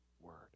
word